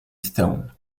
stone